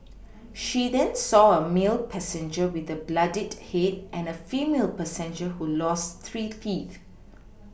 she then saw a male passenger with a bloodied head and a female passenger who lost three teeth